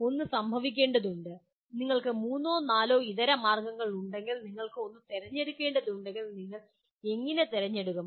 ഒന്ന് സംഭവിക്കേണ്ടതുണ്ട് നിങ്ങൾക്ക് മൂന്നോ നാലോ ഇതരമാർഗങ്ങൾ ഉണ്ടെങ്കിൽ നിങ്ങൾ ഒന്ന് തിരഞ്ഞെടുക്കേണ്ടതുണ്ടെങ്കിൽ നിങ്ങൾ എങ്ങനെ തിരഞ്ഞെടുക്കും